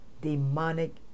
demonic